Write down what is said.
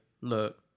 Look